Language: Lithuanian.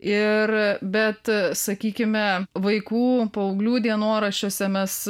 ir bet sakykime vaikų paauglių dienoraščiuose mes